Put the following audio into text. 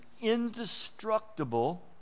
indestructible